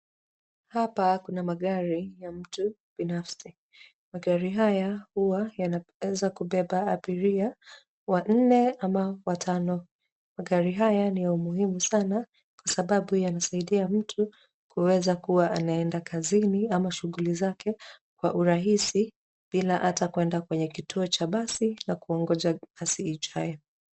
Hapa kuna magari ya mtu binafsi. Magari haya huwa yanaeza kubeba abiria wanne ama watano. Magari haya ni ya umuhimu sana kwa sababu yanasaidia mtu kuweza kuwa anaenda kazini ama shughuli zake kwa urahisi bila hata kwenda kituo cha basi na kuongoja basi ijae.